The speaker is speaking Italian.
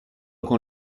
con